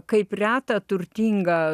kaip reta turtinga